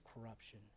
corruption